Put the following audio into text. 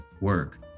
work